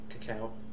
Cacao